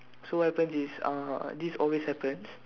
so what happen is uh this always happen